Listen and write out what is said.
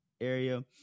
area